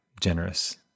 generous